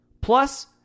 Plus